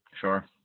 Sure